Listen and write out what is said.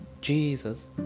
Jesus